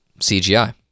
CGI